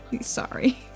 Sorry